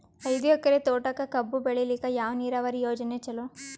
ಐದು ಎಕರೆ ತೋಟಕ ಕಬ್ಬು ಬೆಳೆಯಲಿಕ ಯಾವ ನೀರಾವರಿ ಯೋಜನೆ ಚಲೋ?